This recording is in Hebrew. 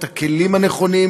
את הכלים הנכונים,